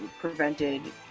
prevented